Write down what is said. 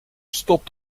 stopt